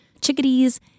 chickadees